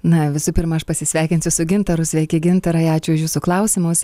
na visų pirma aš pasisveikinsiu su gintaru sveiki gintarai ačiū už jūsų klausimus